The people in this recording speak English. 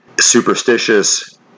superstitious